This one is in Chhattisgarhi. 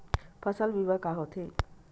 फसल बीमा का होथे?